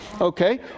Okay